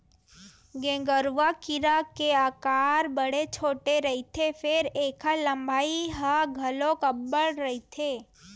गेंगरूआ कीरा के अकार बड़े छोटे रहिथे फेर ऐखर लंबाई ह घलोक अब्बड़ रहिथे